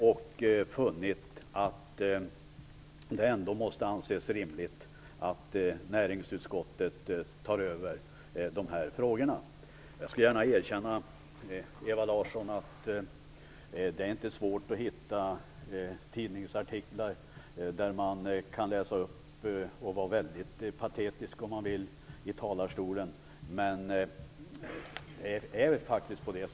Vi har då funnit att det ändå måste anses rimligt att näringsutskottet tar över de här frågorna. Jag skall gärna erkänna, Ewa Larsson, att det inte är svårt att hitta tidningsartiklar som man, om man så vill, patetiskt kan läsa högt ur här i talarstolen.